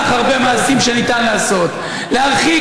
יש כל כך הרבה מעשים שניתן לעשות: להרחיק